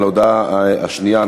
על ההודעה השנייה,